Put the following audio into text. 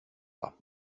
pas